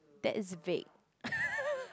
that is vague